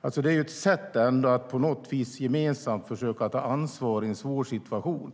och att gemensamt försöka ta ansvar i en svår situation.